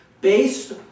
based